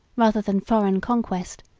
rather than foreign conquest,